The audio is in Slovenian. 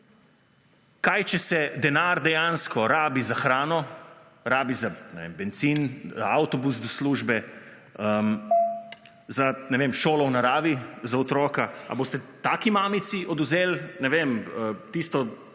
Kaj če se denar dejansko rabi za hrano, rabi za bencin, avtobus do službe, za, ne vem, šolo v naravi za otroka, ali boste taki mamici odvzeli,